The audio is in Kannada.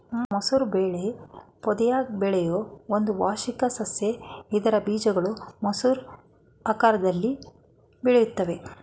ಮಸೂರ ಬೆಳೆ ಪೊದೆಯಾಗ್ ಬೆಳೆಯೋ ಒಂದು ವಾರ್ಷಿಕ ಸಸ್ಯ ಇದ್ರ ಬೀಜಗಳು ಮಸೂರ ಆಕಾರ್ದಲ್ಲಿ ಬೆಳೆಯುತ್ವೆ